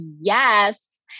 Yes